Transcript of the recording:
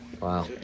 Wow